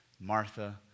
Martha